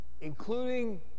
including